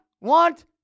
want